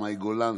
מאי גולן,